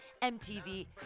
MTV